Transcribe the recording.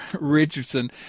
Richardson